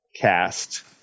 cast